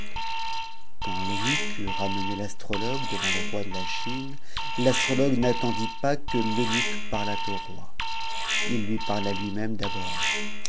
quand l'eunuque eut remené l'astrologue devant le roi de la chine ogue n'attendit pas que l'eunuque pariât au roi il lui parla lui tte d'abord